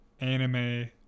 anime